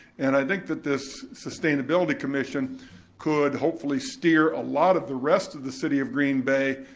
and i think that this sustainability commission could hopefully steer a lot of the rest of the city of green bay,